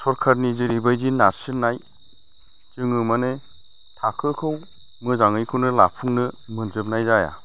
सोरखारनि जेरैबायदि नारसिननाय जोङो माने थाखोखौ मोजाङैखौनो लाफुंनो मोनजोबनाय जाया